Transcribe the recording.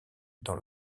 dans